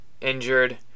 injured